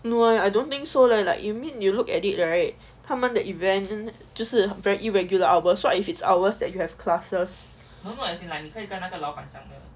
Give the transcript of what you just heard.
no I don't think so leh like you mean you look at it right 他们的 event 就是 very irregular hours what if it's hours that you have classes